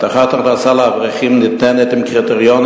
הבטחת הכנסה לאברכים ניתנת עם קריטריונים